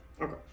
Okay